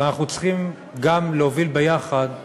אבל אנחנו צריכים גם להוביל ביחד הכרה,